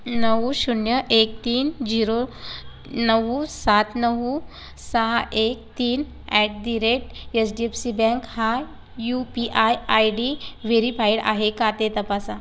नऊ शून्य एक तीन झीरो नऊ सात नऊ सहा एक तीन at the rate H D F C bank हा U P I ID verified आहे का ते तपासा